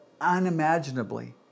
unimaginably